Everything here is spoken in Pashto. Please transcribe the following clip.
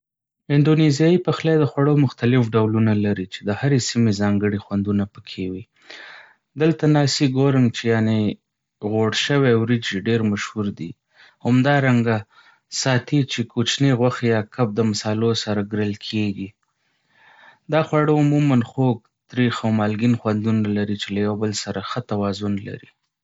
اندونیزیا پخلی د خوړو مختلف ډولونه لري چې د هرې سیمې ځانګړې خوندونه پکې وي. دلته ناسي ګورنګ چې یعنې غوړ شوي وريجې ډېر مشهور دي، همدارنګه ساتې چې کوچني غوښې یا کب د مسالو سره ګرل کېږي. دا خواړه عموماً خوږ، تریښ، او مالګین خوندونه لري، چې له یو بل سره ښه توازن لري.